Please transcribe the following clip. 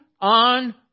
on